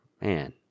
man